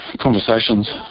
conversations